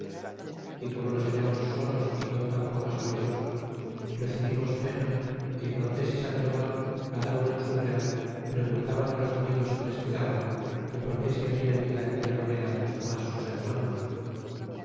y como nos hallamos solos y con tan pocos amigos recebin os pena y cortés y sandoval y cada uno en su real preguntaban los amigos que les quedaban que porque se hablan ido de aquella manera los demos sus hermanos